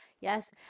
Yes